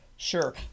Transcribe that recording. sure